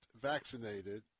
vaccinated